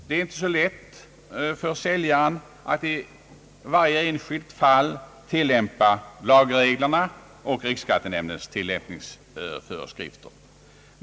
Det är inte så lätt för säljaren att i varje särskilt fall tillämpa lagerreglerna och riksskattenämndens tillämpningsföreskrifter.